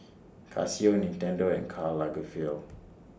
Casio Nintendo and Karl Lagerfeld